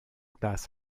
glas